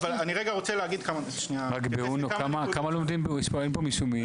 כן, כמה לומדים במספרים פה?